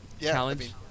challenge